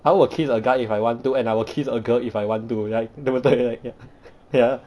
I will kiss a guy if I want to and I will kiss a girl if I want to like 对不对 like ya ya